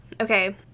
okay